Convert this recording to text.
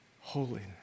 holiness